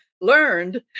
learned